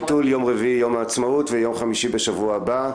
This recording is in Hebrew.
ביטול יום רביעי יום העצמאות ויום חמישי בשבוע הבא.